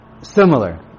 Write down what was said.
similar